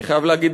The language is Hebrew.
אני חייב להגיד,